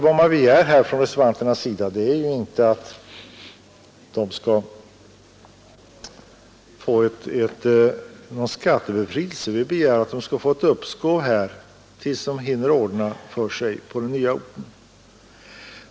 Vad vi reservanter vill är ju inte att de skall få någon förmån utan vi vill att de skall få ett uppskov till dess de hinner ordna för sig på den nya orten.